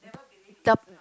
the